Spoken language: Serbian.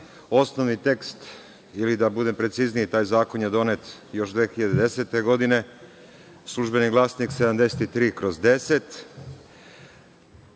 Osnovni tekst ili, da budem precizniji, taj zakon je donet još 2010. godine „Službeni glasnik“ broj 73/10.